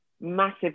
massive